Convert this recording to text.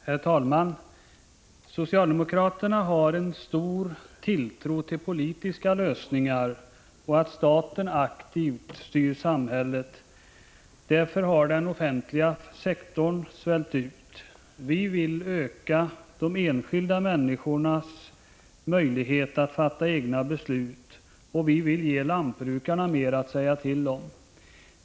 Herr talman! Socialdemokraterna har stor tilltro till politiska lösningar och till statens aktiva styrelse av landet. Därför har också den offentliga sektorn svällt ut. Vi vill öka de enskilda människornas möjlighet att fatta egna beslut, och vi vill ge lantbrukarna mer att säga till om.